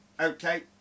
okay